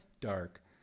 dark